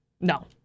No